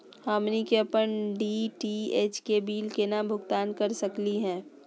हमनी के अपन डी.टी.एच के बिल केना भुगतान कर सकली हे?